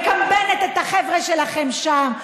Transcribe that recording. מקמבנת את החבר'ה שלכם שם.